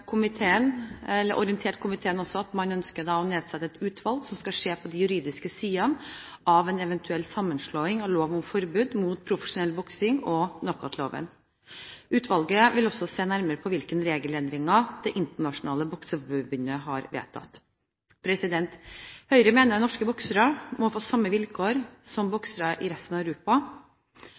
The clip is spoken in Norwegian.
komiteen om at man ønsker å nedsette et utvalg som skal se på de juridiske sidene ved en eventuell sammenslåing av lov om forbud mot profesjonell boksing og knockoutloven. Utvalget vil også se nærmere på hvilke regelendringer Det internasjonale bokseforbundet har vedtatt. Høyre mener norske boksere må få de samme vilkår som boksere i resten av Europa.